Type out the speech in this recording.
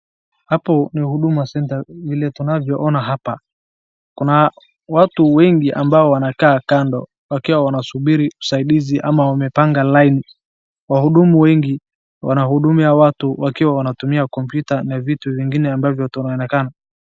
Hapo ni huduma centre vile tunavyoona hapa, kuna watu wengi ambao wanakaa kando wakiwa wanasubiri usaidizi ama wamepanga laini. Wahudumu wengi wanahudumia watu wakiwa wanatumia kompyuta na vitu vingine ambayo inayoonekana.